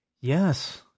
Yes